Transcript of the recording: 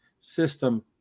system